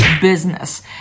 business